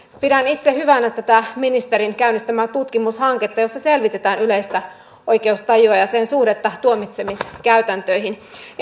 pidän itse hyvänä tätä ministerin käynnistämää tutkimushanketta jossa selvitetään yleistä oikeustajua ja sen suhdetta tuomitsemiskäytäntöihin